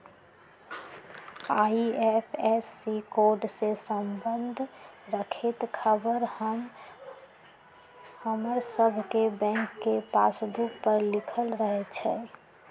IFSC code से संबंध रखैत ख़बर हमर सभके बैंक के पासबुक पर लिखल रहै छइ